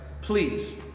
please